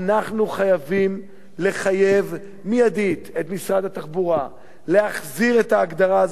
אנחנו חייבים לחייב מייד את משרד התחבורה להחזיר את ההגדרה הזאת של